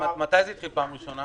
מתי זה התחיל בפעם הראשונה?